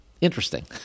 interesting